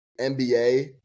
NBA